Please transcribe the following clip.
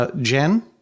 Jen